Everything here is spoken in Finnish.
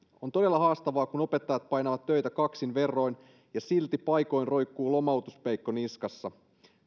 on todella haastavaa kun opettajat painavat töitä kaksin verroin ja silti paikoin roikkuu lomautuspeikko niskassa